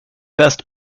best